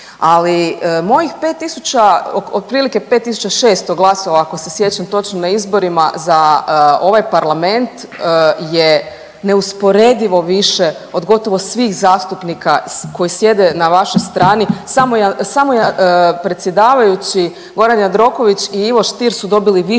otprilike 5600 glasova ako se sjećam točno na izborima za ovaj Parlament je neusporedivo više od gotovo svih zastupnika koji sjede na vašoj strani. Samo je predsjedavajući Gordan Jandroković i Ivo Stier su dobili više